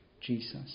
Jesus